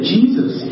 Jesus